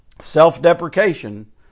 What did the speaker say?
self-deprecation